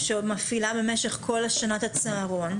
שמפעילה במשך כל השנה את הצהרון,